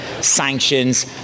sanctions